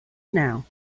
now